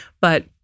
but-